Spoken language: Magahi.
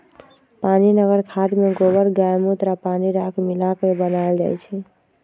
पनीगर खाद में गोबर गायमुत्र आ पानी राख मिला क बनाएल जाइ छइ